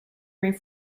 ray